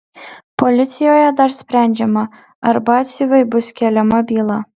policijoje dar sprendžiama ar batsiuviui bus keliama byla